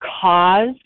cause